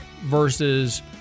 versus